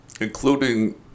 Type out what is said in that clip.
including